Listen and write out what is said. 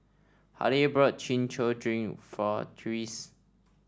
Hilah bought Chin Chow Drink for Tyrese